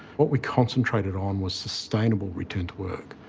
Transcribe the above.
what we concentrated on was sustainable return to work,